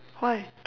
why